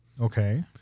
Okay